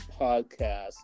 Podcast